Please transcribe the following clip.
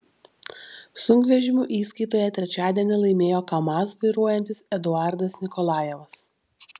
sunkvežimių įskaitoje trečiadienį laimėjo kamaz vairuojantis eduardas nikolajevas